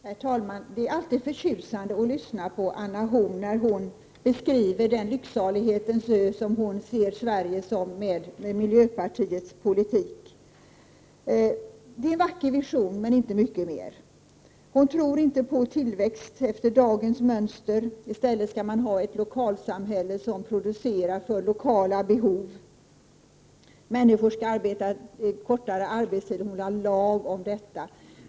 Herr talman! Det är alltid förtjusande att lyssna på Anna Horn af Rantzien, när hon beskriver den lycksalighetens ö som hon ser Sverige bli med miljöpartiets politik. Det är en vacker vision men inte mycket mer. Anna Horn af Rantzien tror inte på tillväxt efter dagens mönster. I stället skall man ha lokalsamhällen som producerar för lokala behov. Människor skall ha kortare arbetstid — hon vill ha lag om det.